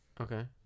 Okay